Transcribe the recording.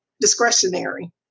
discretionary